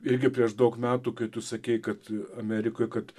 irgi prieš daug metų kai tu sakei kad amerikoj kad